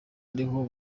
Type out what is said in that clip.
ariho